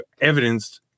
evidenced